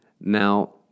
Now